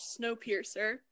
Snowpiercer